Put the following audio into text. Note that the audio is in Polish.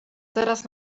zaraz